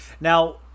Now